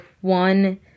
one